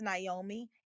naomi